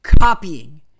copying